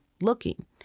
looking